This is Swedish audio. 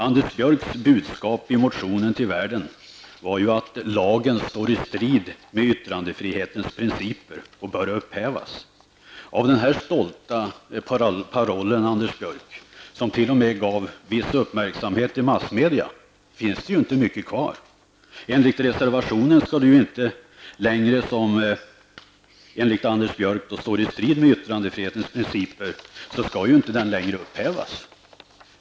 Anders Björcks budskap till världen i motionen var att lagen står i strid med yttrandefrihetens principer och bör upphävas. Av denna stolta paroll, Anders Björck, som t.o.m. gavs viss uppmärksamhet i massmedia, finns inte mycket kvar. Enligt reservationen skall lagen, som enligt Anders Björck står i strid med yttrandefrihetens principer, inte längre upphävas.